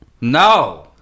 no